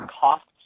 costs